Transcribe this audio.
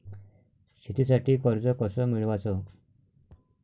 शेतीसाठी कर्ज कस मिळवाच?